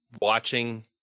watching